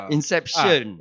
Inception